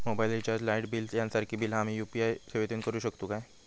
Mobile recharge, light bill यांसारखी बिला आम्ही यू.पी.आय सेवेतून करू शकतू काय?